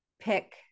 pick